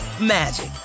magic